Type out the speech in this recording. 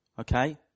okay